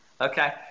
Okay